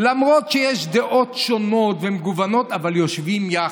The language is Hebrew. למרות שיש דעות שונות ומגוונות, יושבים יחד.